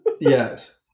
Yes